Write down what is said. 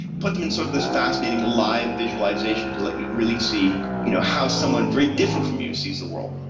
puts them in sort of this fascinating live visualisation to let you really see you know how someone very different from you sees the world.